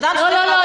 לא, לא,